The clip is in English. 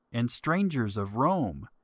and strangers of rome,